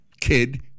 kid